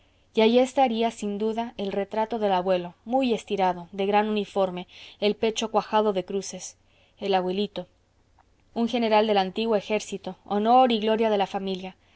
y allí estaría sin duda el retrato del abuelo muy estirado de gran uniforme el pecho cuajado de cruces el abuelito un general del antiguo ejército honor y gloria de la familia